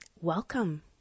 Welcome